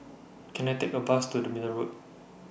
Can I Take A Bus to The Middle Road